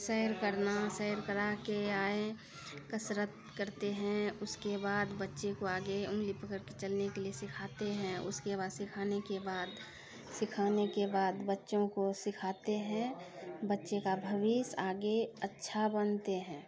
सैर करना सैर कराके आये कसरत करते हैं उसके बाद बच्चे को आगे उंगली पकड़ कर चलने के लिये सिखाते हैं उसके बाद सिखानेके बाद सिखानेके बाद बच्चों को सिखाते हैं बच्चे का भविष्य आगे अच्छा बनते हैं